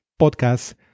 podcast